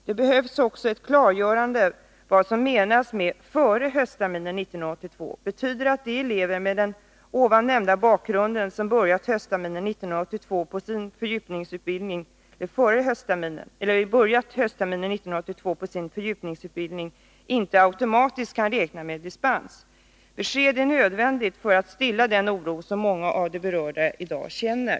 Det behövs också ett klargörande av vad som menas med ”före höstterminen 1982”. Betyder det att de elever med den nyss nämnda bakgrunden vilka påbörjat sin fördjupningsutbildning höstterminen 1982 inte automatiskt kan räkna med dispens? Ett besked är nödvändigt för att stilla den oro som många av de berörda i dag känner.